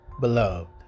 Beloved